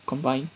combined